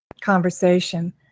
conversation